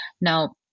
now